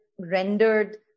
rendered